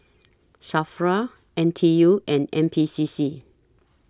SAFRA N T U and N P C C